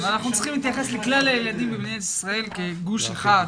אנחנו צריכים להתייחס לכלל הילדים במדינת ישראל כגוש אחד,